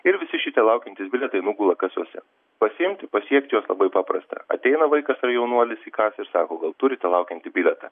ir visi šitie laukiantys bilietai nugula kasose pasiimti pasiekti juos labai paprasta ateina vaikas ar jaunuolis į kasą ir sako gal turite laukiantį bilietą